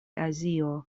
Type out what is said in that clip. azio